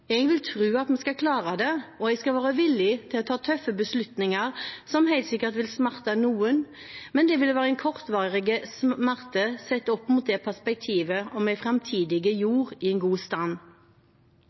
vil tro at vi skal klare det, og jeg skal være villig til å ta tøffe beslutninger som helt sikkert vil smerte noen, men det vil være en kortvarig smerte sett opp mot perspektivet om en framtidig jord i